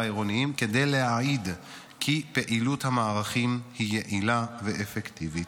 העירוניים כדי להעיד כי פעילות המערכים היא יעילה ואפקטיבית.